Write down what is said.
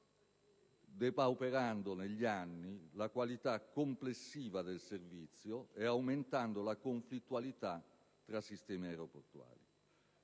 depauperando negli anni la qualità complessiva del servizio e aumentando la conflittualità tra sistemi aeroportuali.